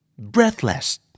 breathless